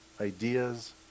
ideas